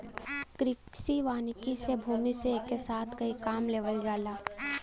कृषि वानिकी से भूमि से एके साथ कई काम लेवल जाला